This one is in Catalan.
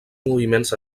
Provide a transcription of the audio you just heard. moviments